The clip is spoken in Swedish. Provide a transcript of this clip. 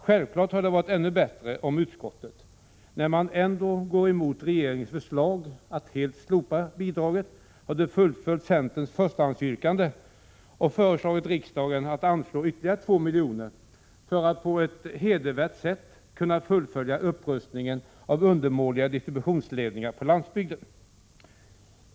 Självfallet hade det varit ännu bättre om utskottet, när man ändå går emot regeringens förslag att helt slopa bidraget, hade följt centerns förstahandsyrkande och föreslagit riksdagen att anslå ytterligare 2 miljoner, för att på ett hedervärt sätt kunna fullfölja upprustningen av undermåliga distributionsledningar på landsbygden.